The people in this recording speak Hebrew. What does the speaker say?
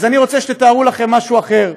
אז אני רוצה שתתארו לכם משהו אחר: